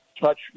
touch